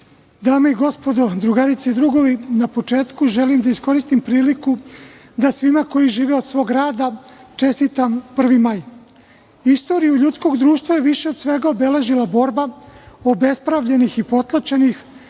dame i gospodo, drugarice i drugovi, na početku, želim da iskoristim priliku da svima koji žive od svog rada čestitam Prvi maj. Istoriju ljudskog društva je više od svega obeležila borba obespravljenih i potlačenih,